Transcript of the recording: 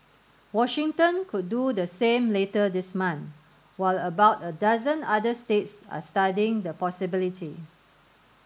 Washington could do the same later this month while about a dozen other states are studying the possibility